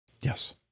Yes